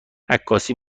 عکاسی